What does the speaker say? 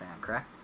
correct